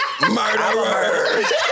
Murderers